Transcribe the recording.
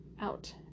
out